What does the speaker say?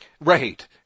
Right